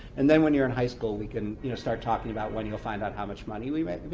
and then when you're in high school we can you know start talking about when you'll find out how much money we make,